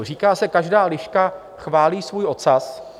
Říká se, každá liška chválí svůj ocas.